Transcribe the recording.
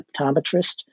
optometrist